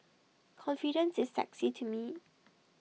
confidence is sexy to me